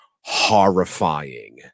Horrifying